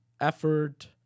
effort